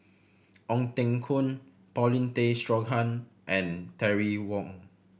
Ong Teng Koon Paulin Tay Straughan and Terry Wong